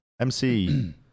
MC